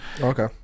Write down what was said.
Okay